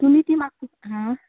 तुमी ती मात्शी आं